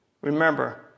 Remember